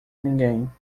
ninguém